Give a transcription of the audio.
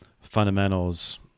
fundamentals